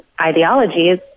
ideologies